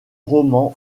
roman